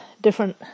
different